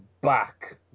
back